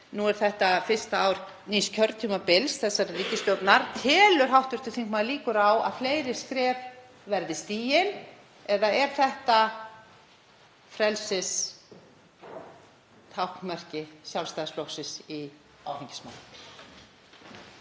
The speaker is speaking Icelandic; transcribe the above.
Nú er þetta fyrsta ár nýs kjörtímabils þessarar ríkisstjórnar: Telur hv. þingmaður líkur á að fleiri skref verði stigin eða er þetta frelsistáknmerki Sjálfstæðisflokksins í áfengismálum?